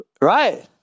Right